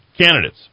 candidates